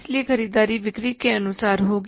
इसलिए ख़रीददारी बिक्री के अनुसार होगी